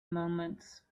moments